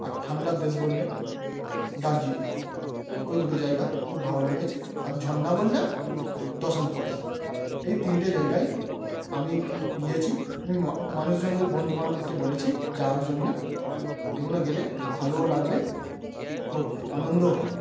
আর ঠান্ডার দেশ বললে দার্জিলিং ওই দুটো জায়গা খুব ভালো লেগেছে আর ঝরনা বললে দশম ফলস এই তিনটে জায়গায় আমি গিয়েছি আমি মানুষজনদের বন্ধুবান্ধবকে বলেছি যাওয়ার জন্যে এগুলো গেলে ভালোও লাগবে খুব আনন্দও হবে